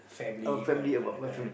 uh family about what family